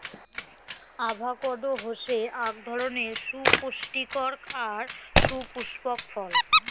avocado হসে আক ধরণের সুপুস্টিকর আর সুপুস্পক ফল